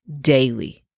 daily